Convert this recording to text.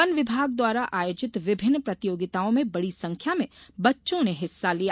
one विभाग द्वारा आयोजित विभिन्न प्रतियोगिताओं में बड़ी संख्या में बच्चों ने हिस्सा लिया